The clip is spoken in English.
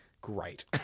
great